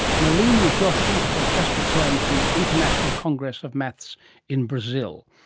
nalini joshi has just returned from the international congress of maths in brazil,